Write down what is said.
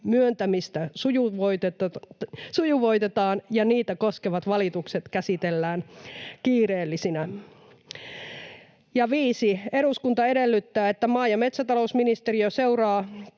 myöntämistä sujuvoitetaan ja niitä koskevat valitukset käsitellään kiireellisinä.” [Mikko Savola: Tämä on erittäin tärkeää!] ”5. Eduskunta edellyttää, että maa- ja metsätalousministeriö seuraa